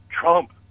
Trump